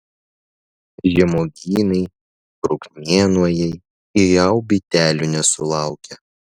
žemuogynai bruknienojai jau bitelių nesulaukia